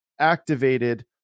Activated